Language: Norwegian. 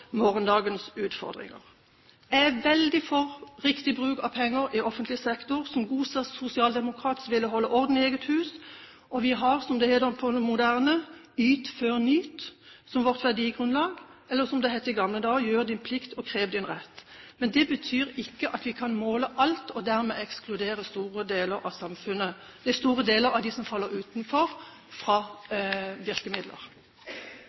morgendagens utfordringer. Jeg er veldig for riktig bruk av penger i offentlig sektor. Som god sosialdemokrat vil jeg holde orden i eget hus. Og vi har, som det så moderne heter, «yt før nyt» som vårt verdigrunnlag, eller som det het i gamle dager: Gjør din plikt og krev din rett. Men det betyr ikke at vi kan måle alt, og dermed ekskludere store deler av dem som faller utenfor, fra virkemidler. Det er en viktig interpellasjon fra